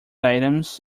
items